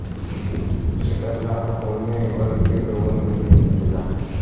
ऐकर लाभ काउने वर्ग के लोगन के मिल सकेला?